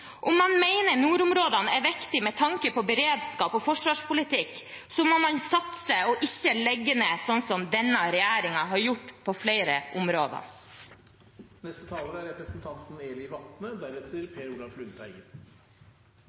Om man mener nordområdene er viktig med tanke på beredskap og forsvarspolitikk, må man satse og ikke legge ned, sånn som denne regjeringen har gjort på flere områder.